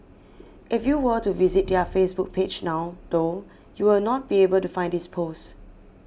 if you were to visit their Facebook page now though you will not be able to find this post